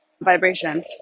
vibration